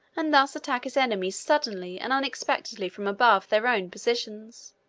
and thus attack his enemies suddenly and unexpectedly from above their own positions.